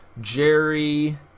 Jerry